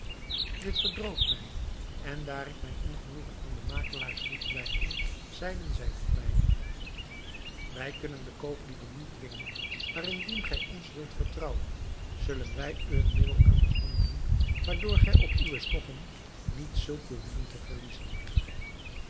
dit verdroot mij en daar ik mijn ongenoegen aan de makelaars liet blijken zeiden zij tot mij wij kunnen de kooplieden niet dwingen maar indien gij ons wilt vertrouwen zullen wij u een middel aan de hand doen waardoor gij op uwe stoffen niets zult behoeven te verliezen